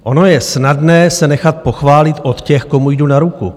Ono je snadné se nechat pochválit od těch, komu jdu na ruku.